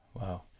Wow